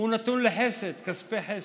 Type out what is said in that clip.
נתון לחסד, כספי חסד.